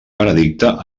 veredicte